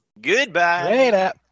Goodbye